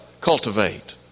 cultivate